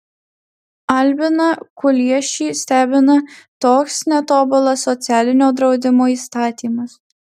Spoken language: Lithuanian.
albiną kuliešį stebina toks netobulas socialinio draudimo įstatymas